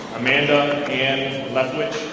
amanda ann lethwich.